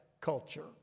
culture